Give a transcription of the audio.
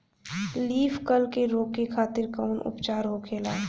Leaf curl के रोके खातिर कउन उपचार होखेला?